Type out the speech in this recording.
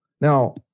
Now